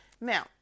Now